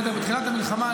בתחילת המלחמה,